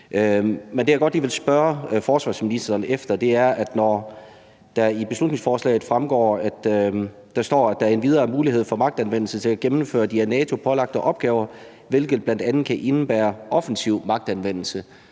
Men det, jeg godt lige vil spørge forsvarsministeren efter, er det, der står i beslutningsforslaget, om, at der er: »endvidere mulighed for magtanvendelse til at gennemføre de af NATO pålagte opgaver, hvilket bl.a. kan indebære offensiv magtanvendelse.«